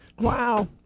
Wow